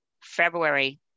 February